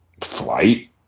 flight